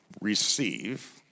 receive